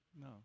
No